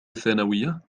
الثانوية